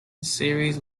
series